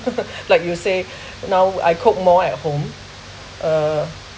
like you say now I cook more at home uh